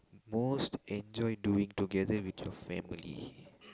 most enjoy doing together with your family